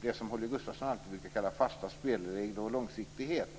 det som Holger Gustafsson brukar kalla för fasta spelregler och långsiktighet.